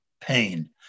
pain